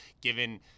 given